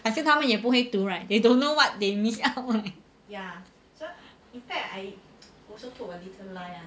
I think 他们也不会读 right they don't know what they missed out right